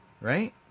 Right